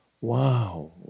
Wow